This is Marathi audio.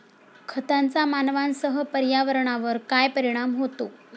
खतांचा मानवांसह पर्यावरणावर काय परिणाम होतो?